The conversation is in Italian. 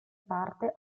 parte